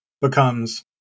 becomes